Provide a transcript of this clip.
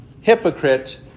hypocrite